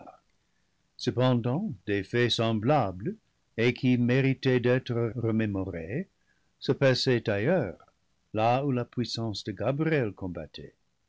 cependant des faits semblables et qui méritaient d'être ro mémorés se passaient ailleurs là où la puissance de gabriel combattait